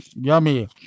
Yummy